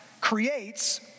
creates